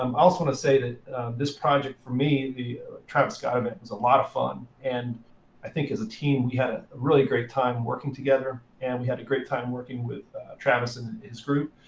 um i also want to say that this project, for the travis scott event was a lot of fun. and i think, as a team, we had a really great time working together. and we had a great time working with travis and his group.